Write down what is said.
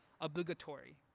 obligatory